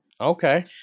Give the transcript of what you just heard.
okay